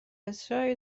اصراری